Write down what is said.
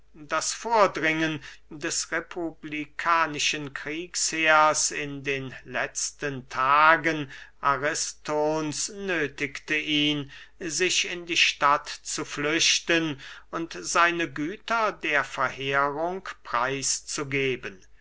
das vordringen des republikanischen kriegsheers in den letzten tagen aristons nöthigte ihn sich in die stadt zu flüchten und seine güter der verheerung preis